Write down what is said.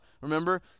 Remember